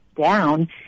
down